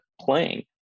playing